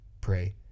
pray